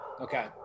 Okay